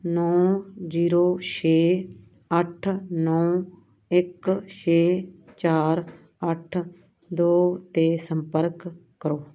ਨੌਂ ਜੀਰੋ ਛੇ ਅੱਠ ਨੌਂ ਇੱਕ ਛੇ ਚਾਰ ਅੱਠ ਦੋ 'ਤੇ ਸੰਪਰਕ ਕਰੋ